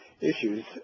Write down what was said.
issues